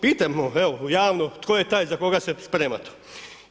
Pitajmo, evo, javno, tko je taj za koga se sprema to.